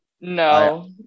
No